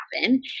happen